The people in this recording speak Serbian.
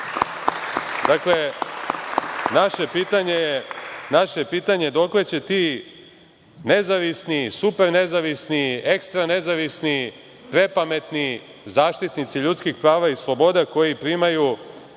neće. Dakle, naše pitanje je – dokle će ti nezavisni, super nezavisni, ekstra nezavisni, prepametni zaštitnici ljudskih prava i sloboda koji primaju